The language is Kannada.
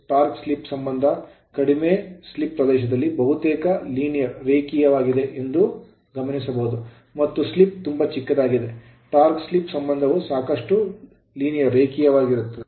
ಟಾರ್ಕ್ ಸ್ಲಿಪ್ ಸಂಬಂಧವು ಕಡಿಮೆ ಸ್ಲಿಪ್ ಪ್ರದೇಶದಲ್ಲಿ ಬಹುತೇಕ linear ರೇಖೀಯವಾಗಿದೆ ಎಂದು ಗಮನಿಸಬಹುದು ಮತ್ತು slip ಸ್ಲಿಪ್ ತುಂಬಾ ಚಿಕ್ಕದಾಗಿದ್ದಾಗ torque slip ಟಾರ್ಕ್ ಸ್ಲಿಪ್ ಸಂಬಂಧವು ಸಾಕಷ್ಟು linear ರೇಖೀಯವಾಗಿರುತ್ತದೆ